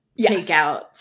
takeout